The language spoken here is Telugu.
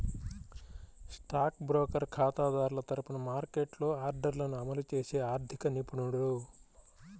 స్టాక్ బ్రోకర్ ఖాతాదారుల తరపున మార్కెట్లో ఆర్డర్లను అమలు చేసే ఆర్థిక నిపుణుడు